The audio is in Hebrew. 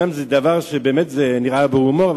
זה אומנם דבר שנראה שנאמר בהומור,